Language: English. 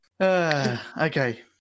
Okay